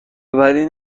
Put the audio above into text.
ولی